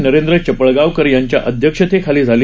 नरेंद्र चपळगावकर यांच्या अध्यक्षतेखाली झाली